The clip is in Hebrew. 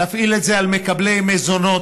להפעיל את זה על מקבלי מזונות.